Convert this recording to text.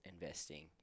investing